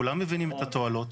כולם מבינים את התועלות.